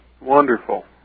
Wonderful